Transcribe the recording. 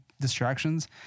distractions